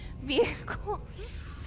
Vehicles